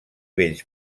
bells